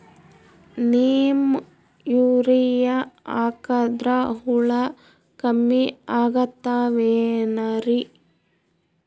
Neem urea ಹಾಕದ್ರ ಹುಳ ಕಮ್ಮಿ ಆಗತಾವೇನರಿ?